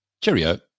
cheerio